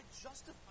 justify